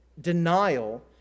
denial